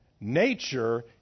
Nature